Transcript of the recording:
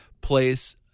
place